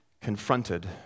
confronted